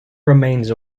remains